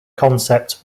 concepts